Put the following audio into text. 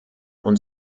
und